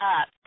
up